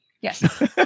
Yes